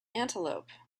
antelope